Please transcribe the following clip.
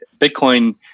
Bitcoin